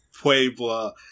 Puebla